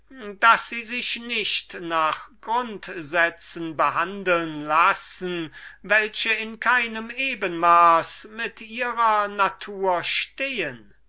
daß sie sich nicht nach grundsätzen behandeln lassen die in keinem ebenmaß mit ihrer natur stehen